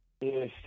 Yes